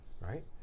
right